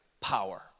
power